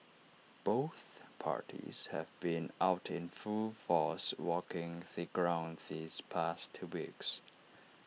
both parties have been out in full force walking the ground these past two weeks